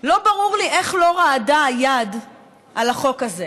לא ברור לי איך לא רעדה היד על החוק הזה.